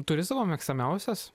turi savo mėgstamiausias